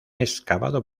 excavado